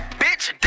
bitch